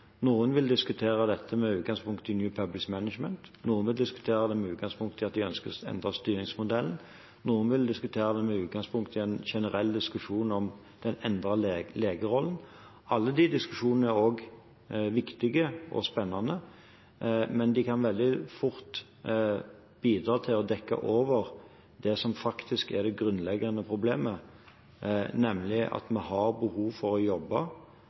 Noen vil diskutere dette med utgangspunkt i New Public Management. Noen vil diskutere det med utgangspunkt i at de ønsker å endre styringsmodellen. Noen vil diskutere det med utgangspunkt i en generell diskusjon om den endrede legerollen. Alle disse diskusjonene er viktige og spennende, men de kan veldig fort bidra til å dekke over det som faktisk er det grunnleggende problemet, nemlig at vi har behov for å jobbe